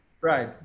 Right